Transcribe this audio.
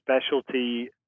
specialty